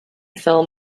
film